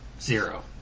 Zero